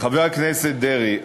חבר הכנסת דרעי,